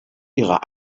ihrer